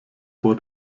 vor